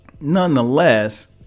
nonetheless